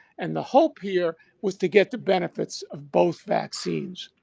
and the hope here was to get the benefits of both vaccines.